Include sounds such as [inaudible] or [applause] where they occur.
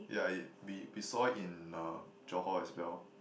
ya [noise] we we saw it in uh Johor as well